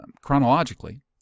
chronologically